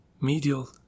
medial